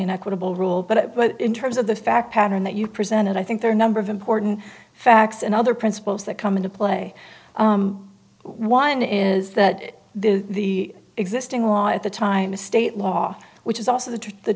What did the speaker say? an equitable rule but but in terms of the fact pattern that you presented i think there are number of important facts and other principles that come into play one is that the existing law at the time a state law which is also the t